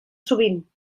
sovint